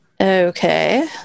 Okay